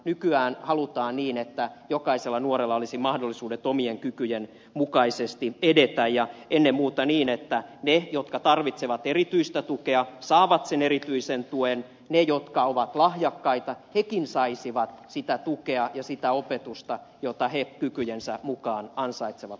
nykyään halutaan niin että jokaisella nuorella olisi mahdollisuudet omien kykyjensä mukaisesti edetä ja ennen muuta niin että ne jotka tarvitsevat erityistä tukea saavat sen erityisen tuen ja nekin jotka ovat lahjakkaita saisivat sitä tukea ja sitä opetusta jota he kykyjensä mukaan ansaitsevat suomalaisessa yhteiskunnassa